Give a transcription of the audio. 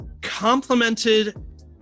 complemented